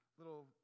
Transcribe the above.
little